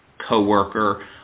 coworker